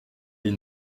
les